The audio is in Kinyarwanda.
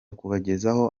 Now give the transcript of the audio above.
kubagezaho